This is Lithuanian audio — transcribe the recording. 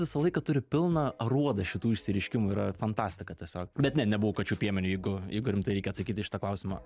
visą laiką turi pilną aruodą šitų išsireiškimų yra fantastika tiesiog bet ne nebuvau kačių piemeniu jeigu jeigu rimtai reikia atsakyti į šitą klausimą